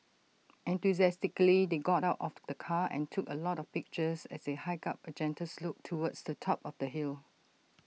enthusiastically they got out of the car and took A lot of pictures as they hiked up A gentle slope towards the top of the hill